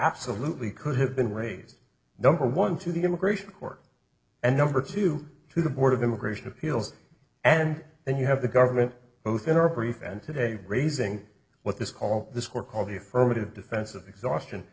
absolutely could have been raised number one to the immigration court and number two to the board of immigration appeals and then you have the government both in our brief and today raising what this call this court call the affirmative defense of exhaustion